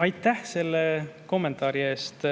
Aitäh selle kommentaari eest!